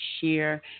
share